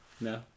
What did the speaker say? No